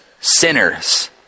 sinners